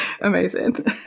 Amazing